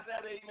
amen